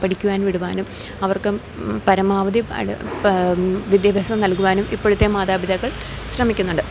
പഠിക്കുവാൻ വിടുവാനും അവർക്കും പരമാവധി വിദ്യാഭ്യാസം നൽകുവാനും ഇപ്പൊഴത്തെ മാതാപിതാക്കൾ ശ്രമിക്കുന്നുണ്ട്